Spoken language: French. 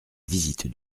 visite